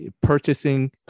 purchasing